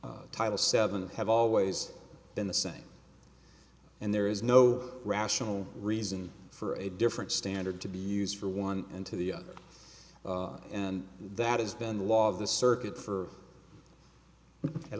title seven have always been the same and there is no rational reason for a different standard to be used for one and to the other and that is been the law of the circuit for at